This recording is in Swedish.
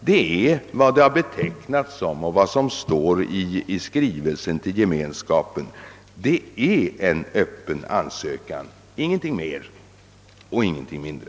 Den är vad den betecknats som och som det står i skrivelsen till Gemenskapen, en ansökan där formen hålls öppen, ingenting mer och ingenting mindre.